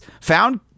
found